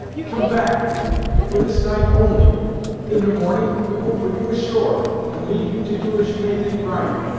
come back for this night only in the morning, we will put you ashore, and leave you to do as you may think right.